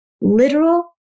literal